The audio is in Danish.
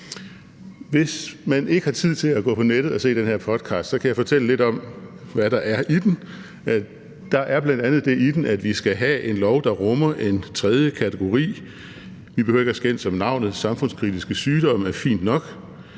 Hvis man ikke har tid til at gå på nettet og høre den her podcast, kan jeg fortælle lidt om, hvad der er i den. Der er bl.a. det i den, at vi skal have en lov, der rummer en tredje kategori – vi behøver ikke at skændes om navnet, »samfundskritiske sygdomme« er fint nok.